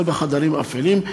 לא בחדרים אפלים,